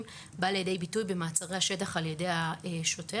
בא לידי ביטוי במעצרי השטח על ידי השוטר.